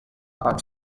heart